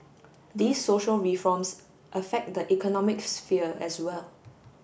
these social reforms affect the economic sphere as well